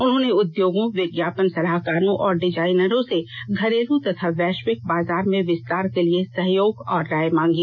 उन्होंने उद्योगों विज्ञापन सलाहकारों और डिजाइनरों से घरेलू तथा वैश्विक बाजार में विस्तार के लिए सहयोग और राय मांगी